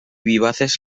vivaces